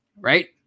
right